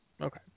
Okay